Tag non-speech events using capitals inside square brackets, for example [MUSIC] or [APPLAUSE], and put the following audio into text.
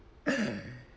[LAUGHS]